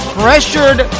pressured